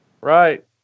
Right